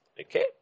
Okay